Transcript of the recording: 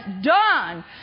done